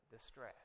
distress